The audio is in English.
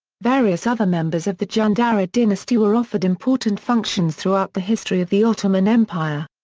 various other members of the jandarid dynasty were offered important functions throughout the history of the ottoman empire.